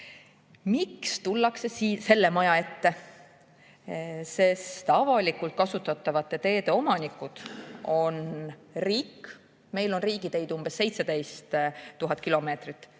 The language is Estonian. Miks tullakse siia, selle maja ette? Avalikult kasutatavate teede omanik on riik. Meil on riigiteid umbes 17 000 kilomeetrit